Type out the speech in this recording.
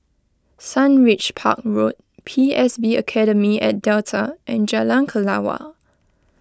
Sundridge Park Road P S B Academy at Delta and Jalan Kelawar